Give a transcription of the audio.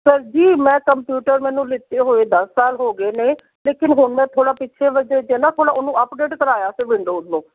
sir ji ਮੈਂ computer ਮੈਨੂੰ ਲਿਤੇ ਹੋਏ ਦਸ ਸਾਲ ਹੋ ਗਏ ਨੇ ਲੇਕਿਨ ਹੁਣ ਮੈਂ ਥੋੜ੍ਹਾ ਪਿਛਲੇ ਵਰਜ਼ਨ 'ਚ ਨਾ ਹੁਣ ਉਹਨੂੰ ਅਪਡੇਟ ਕਰਵਾਇਆ ਸੀ ਵਿੰਡੋਜ਼ ਨੂੰ